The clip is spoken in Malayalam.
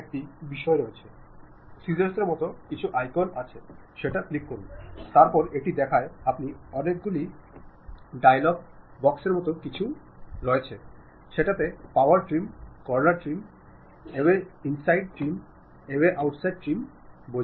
നമ്മൾ ആരംഭച്ചതുമുതൽ വസ്തുതനിഷ്ട്ടമായി പറയുന്ന സംഗതിയാണ് ഇന്നത്തെ ലോകത്ത് നിലനിൽക്കാൻ നിങ്ങൾ ഫലപ്രദമായി ആശയവിനിമയം നടത്തണമെന്നു